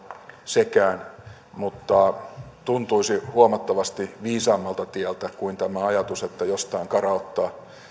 sekään mutta tuntuisi huomattavasti viisaammalta tieltä kuin ajatus että jostain karauttaa